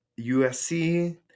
USC